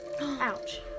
Ouch